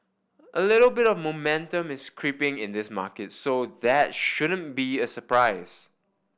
a little bit of momentum is creeping in this market so that shouldn't be a surprise